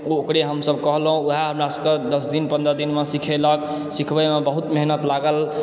ओ ओकरे हमसभ कहलहुँ वएह हमरा सभक दश दिन पन्द्रह दिनमे सिखेलक सिखबयमऽ बहुत मेहनत लागल